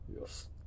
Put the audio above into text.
Yes